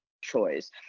choice